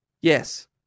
Yes